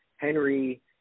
Henry